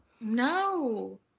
no